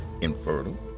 infertile